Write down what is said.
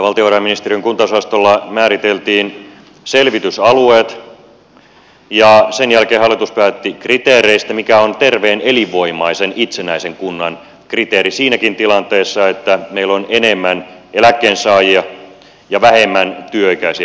valtiovarainministeriön kuntaosastolla määriteltiin selvitysalueet ja sen jälkeen hallitus päätti kriteereistä mikä on terveen elinvoimaisen itsenäisen kunnan kriteeri siinäkin tilanteessa että meillä on enemmän eläkkeensaajia ja vähemmän työikäisiä ihmisiä